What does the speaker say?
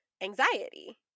anxiety